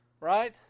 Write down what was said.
Right